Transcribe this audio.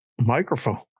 microphone